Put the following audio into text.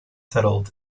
settled